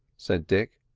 said dick.